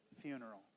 funeral